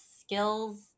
skills